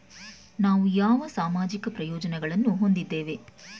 ನಾವು ಯಾವ ಸಾಮಾಜಿಕ ಪ್ರಯೋಜನಗಳನ್ನು ಹೊಂದಿದ್ದೇವೆ?